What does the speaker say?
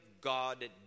God